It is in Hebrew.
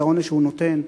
ואת העונש הוא נותן.